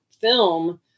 film